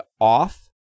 off